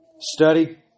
study